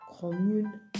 commune